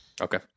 Okay